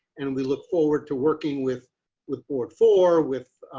and we look forward to working with with board for with